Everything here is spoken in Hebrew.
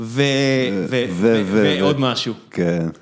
‫ועוד משהו. ‫-כן.